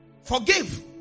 Forgive